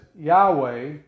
Yahweh